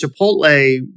Chipotle